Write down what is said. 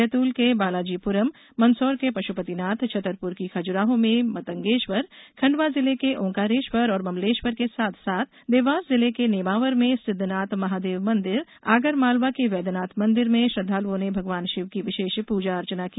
बैतुल के बालाजीपुरम मंदसौर के पश्पतिनाथ छतरपुर की खजुराहों में मतंगेश्वर खंडवा जिले के ओंकारेश्वर और ममलेश्वर के साथ साथ देवास जिले के नेमावर में सिद्धनाथ महादेव मंदिर आगरमालवा के वैद्यनाथ मंदिर में श्रद्धालुओं ने भगवान शिव की विशेष पूजा अर्चना की